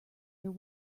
your